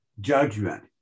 judgment